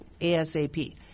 ASAP